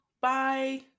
Bye